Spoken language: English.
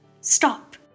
Stop